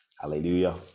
Hallelujah